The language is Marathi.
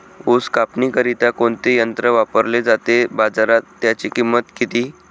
ऊस कापणीकरिता कोणते यंत्र वापरले जाते? बाजारात त्याची किंमत किती?